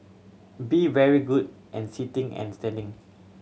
be very good and sitting and standing